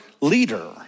leader